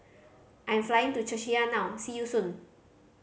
I'm flying to Czechia now see you soon